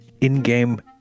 in-game